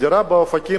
דירה באופקים,